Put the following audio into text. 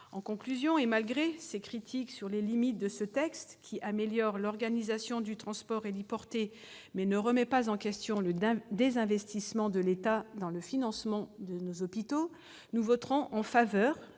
En conclusion, malgré ces critiques sur les limites de ce texte, qui tend à améliorer l'organisation du transport héliporté, mais ne remet pas en question le désinvestissement de l'État dans le financement de nos hôpitaux, nous voterons en faveur